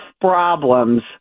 problems